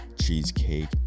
cheesecake